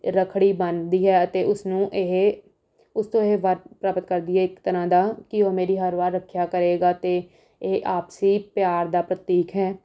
ਰੱਖੜੀ ਬੰਨ੍ਹਦੀ ਹੈ ਅਤੇ ਉਸ ਨੂੰ ਇਹ ਉਸ ਤੋਂ ਇਹ ਵਰ ਪ੍ਰਾਪਤ ਕਰਦੀ ਹੈ ਇੱਕ ਤਰ੍ਹਾਂ ਦਾ ਕਿ ਉਹ ਮੇਰੀ ਹਰ ਵਾਰ ਰੱਖਿਆ ਕਰੇਗਾ ਅਤੇ ਇਹ ਆਪਸੀ ਪਿਆਰ ਦਾ ਪ੍ਰਤੀਕ ਹੈ